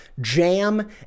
jam